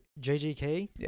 JJK